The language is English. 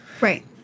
Right